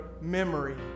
memory